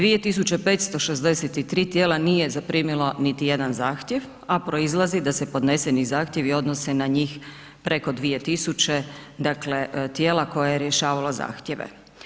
2563 tijela nije zaprimilo niti jedan zahtjev, a proizlazi da se podneseni zahtjevi odnose na njih preko 2000, dakle, tijela koje je rješavalo zahtjeve.